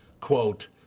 quote